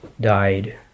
died